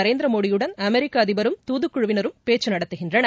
நரேந்திரமோடியுடன் அமெரிக்கஅதிபரும் துதுக்குழுவினரும் பேச்சுநடத்துகின்றனர்